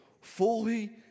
fully